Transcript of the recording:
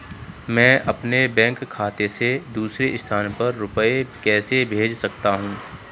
मैं अपने बैंक खाते से दूसरे स्थान पर रुपए कैसे भेज सकता हूँ?